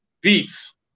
beats